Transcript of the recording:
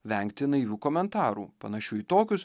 vengti naivių komentarų panašių į tokius